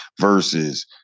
versus